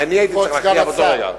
אם אני הייתי צריך להכריע באותו רגע,